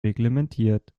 reglementiert